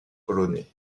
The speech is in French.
polonais